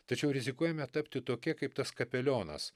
tačiau rizikuojame tapti tokie kaip tas kapelionas